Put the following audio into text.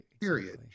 Period